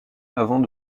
avant